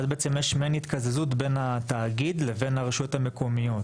ואז בעצם יש מן התקזזות בין התאגיד לבין הרשויות המקומיות.